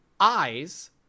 eyes